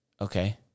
Okay